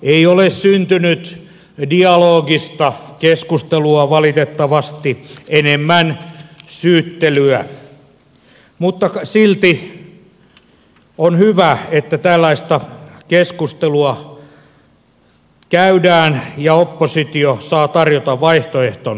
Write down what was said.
ei ole syntynyt dialogista keskustelua valitettavasti enemmän syyttelyä mutta silti on hyvä että tällaista keskustelua käydään ja oppositio saa tarjota vaihtoehtonsa